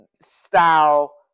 style